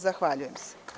Zahvaljujem se.